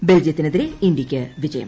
ബൽജിയത്തിനെതിരെ ഇന്തൃയ്ക്ക് വിജയം